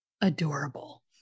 adorable